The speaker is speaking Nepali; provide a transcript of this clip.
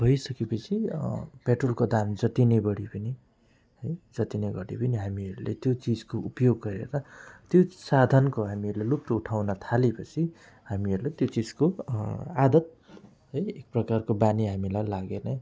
भइसकेपछि पेट्रोलको दाम जति नै बढे पनि है जति नै घटे पनि हामीहरूले त्यो चिजको उपयोग गरेर त्यो साधनको हामीहरूले लुफ्त उठाउन थालेपछि हामीहरूले त्यो चिजको आदत होइन एक प्रकारको बानी हामीलाई लाग्यो नै